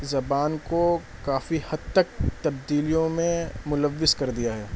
زبان کو کافی حد تک تبدیلیوں میں ملوث کر دیا ہے